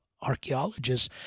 archaeologists